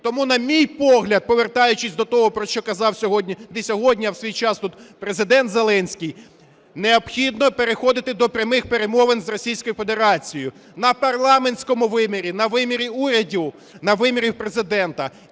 Тому, на мій погляд, повертаючись до того, про що казав сьогодні, не сьогодні, а в свій час, тут Президент Зеленський, необхідно переходити до прямих перемовин з Російською Федерацією: на парламентському вимірі, на вимірі урядів, на вимірі Президента.